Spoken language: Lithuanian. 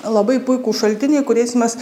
labai puikūs šaltiniai kuriais mes